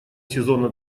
сезона